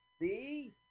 See